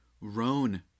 Roan